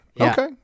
Okay